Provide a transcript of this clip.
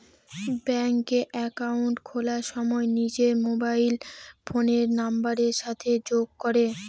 ব্যাঙ্কে একাউন্ট খোলার সময় নিজের মোবাইল ফোনের নাম্বারের সাথে যোগ করে